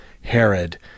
Herod